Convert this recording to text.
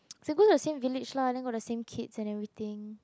they go the same village lah then got the same kids and everything